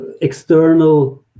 external